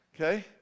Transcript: okay